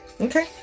Okay